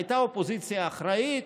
הייתה אופוזיציה אחראית,